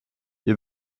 wir